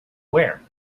wear